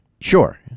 Sure